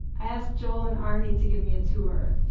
i asked joel and arnie to give me a tour.